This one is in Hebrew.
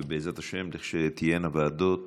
ובעזרת השם, כשתהיינה ועדות